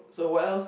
so what else